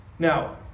Now